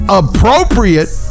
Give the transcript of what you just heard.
appropriate